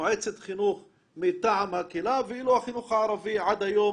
מועצת חינוך מטעם הקהילה ואילו החינוך הערבי עד היום